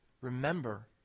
Remember